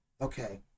okay